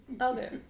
okay